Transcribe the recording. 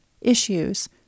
issues